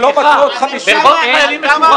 ולא מצאו עוד 50 מיליון --- סליחה,